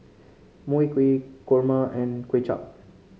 Mui Kee Kurma and Kuay Chap